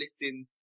lifting